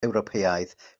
ewropeaidd